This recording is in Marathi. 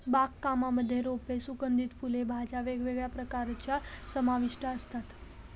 बाग कामांमध्ये रोप, सुगंधित फुले, भाज्या वेगवेगळ्या प्रकारच्या समाविष्ट असतात